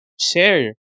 share